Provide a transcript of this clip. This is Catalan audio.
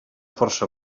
força